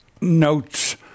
notes